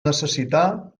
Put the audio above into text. necessitar